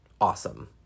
awesome